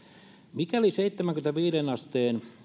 mikäli seitsemäänkymmeneenviiteen asteen